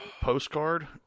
postcard